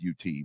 UT